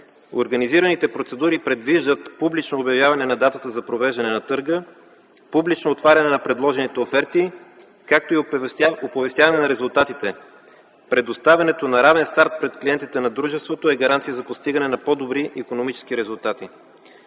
Организираните процедури предвиждат публично обявяване на датата за провеждане на търга, публично отваряне на предложените оферти, както и оповестяване на резултатите. Предоставянето на равен старт пред клиентите на дружеството е гаранция за постигане на по-добри икономически резултати.